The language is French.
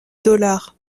dollars